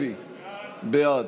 זאת